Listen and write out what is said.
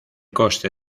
coste